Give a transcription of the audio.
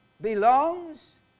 belongs